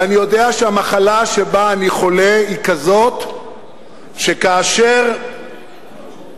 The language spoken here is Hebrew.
ואני יודע שהמחלה שבה אני חולה היא כזאת שכאשר יגיע